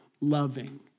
loving